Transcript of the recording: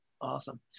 awesome